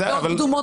התבחינים.